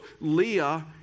Leah